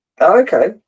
Okay